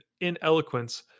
ineloquence